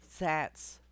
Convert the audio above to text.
sats